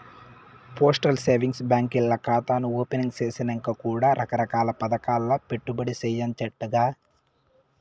postal savings బాంకీల్ల కాతాను opening సేసినంక కూడా రకరకాల్ల పదకాల్ల పెట్టుబడి సేయచ్చంటగా